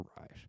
right